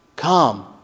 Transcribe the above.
Come